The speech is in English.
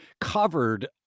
covered